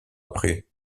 après